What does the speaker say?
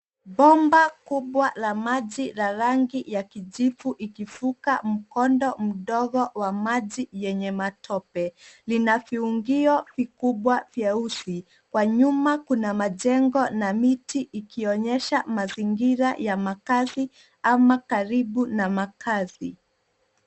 Bomba kubwa la maji la rangi ya kijivu ikivuka mkondo mdogo wa maji yenye matope. Lina viungio vikubwa vyeusi. Kwa nyuma kuna majengo na miti ikionyesha mazingira ya makazi ama karibu na makazi.